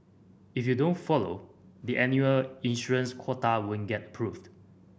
if you don't follow the annual issuance quota won't get approved